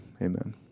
amen